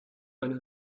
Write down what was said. meine